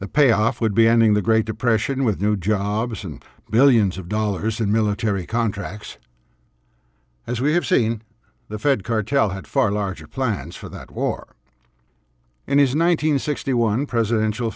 the payoff would be ending the great depression with new jobs and billions of dollars in military contracts as we have seen the fed cartel had far larger plans for that war in his one nine hundred sixty one presidential